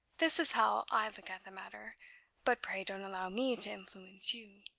this is how i look at the matter but pray don't allow me to influence you.